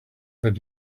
but